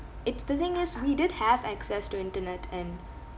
it's the thing is we did have access to internet and